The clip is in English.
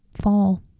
fall